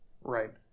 Right